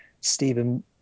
Stephen